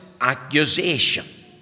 Accusation